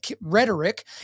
rhetoric